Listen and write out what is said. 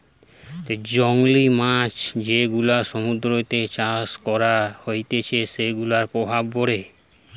জংলী মাছ যেগুলা সমুদ্রতে চাষ করা হতিছে সেগুলার প্রভাব পড়ে